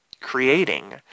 creating